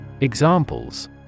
Examples